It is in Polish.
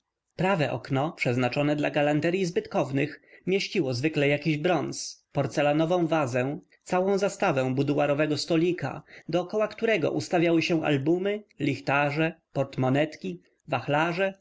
prawe okno przeznaczone dla galanteryi zbytkownych mieściło zwykle jakiś bronz porcelanową wazę całą zastawę buduarowego stolika dokoła których ustawiały się albumy lichtarze portmonety wachlarze